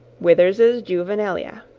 withers's juvenilia.